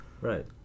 right